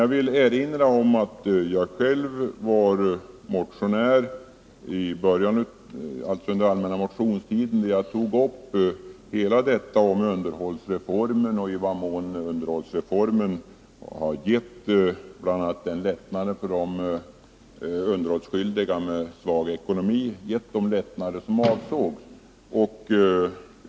Jag vill erinra om att jag själv i en motion under den allmänna motionstiden i år tog upp frågan om utvärdering av underhållsreformen och i vad mån reformen har gett de lättnader för främst de underhållsskyldiga med svag ekonomi som avsågs.